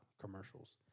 commercials